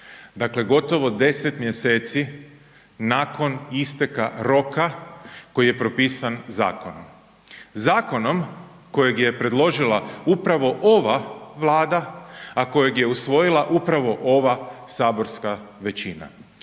dakle gotovo 10 mj. nakon isteka roka koji je propisan zakonom, zakonom kojeg je predložila upravo ova Vlada a kojeg je usvojila upravo ova saborska većina.